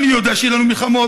ואני יודע שיהיו לנו מלחמות